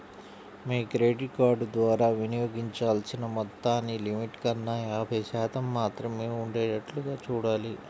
మీ credit card ద్వారా వినియోగించాల్సిన మొత్తాన్ని లిమిట్ కన్నా యాభై శాతం మాత్రమే ఉండేటట్లుగా చూడాలి